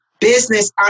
business